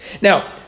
Now